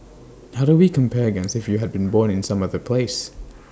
how do we compare against if you had been born in some other place